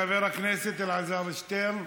חבר הכנסת אלעזר שטרן,